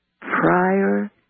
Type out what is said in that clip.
prior